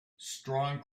strong